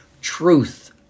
truth